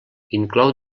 inclou